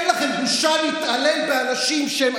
אין לכם בושה להתעלל באנשים שהם,